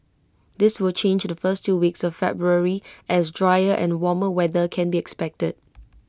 this will change the first two weeks of February as drier and warmer weather can be expected